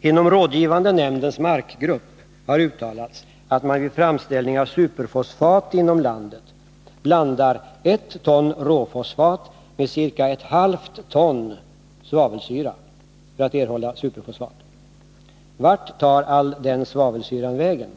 Inom rådgivande nämndens markgrupp har uttalats att man vid framställ Torsdagen den ning av superfosfat inom landet blandar ett ton råfosfat med ca ett halvt ton 14 maj 1981 svavelsyra för att erhålla superfosfat. Vart tar all den svavelsyran vägen?